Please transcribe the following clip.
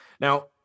Now